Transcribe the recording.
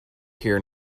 here